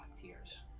tears